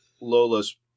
Lola's